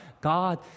God